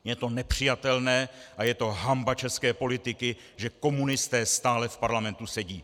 Je to nepřijatelné a je to hanba české politiky, že komunisté stále v Parlamentu sedí!